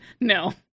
No